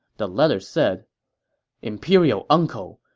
the letter said imperial uncle,